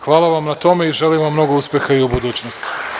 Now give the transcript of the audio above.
Hvala vam na tome i želim vam mnogo uspeha i u budućnosti.